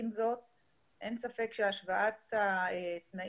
עם מציאת עבודה, אפשרות להגיש בקשה